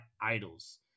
idols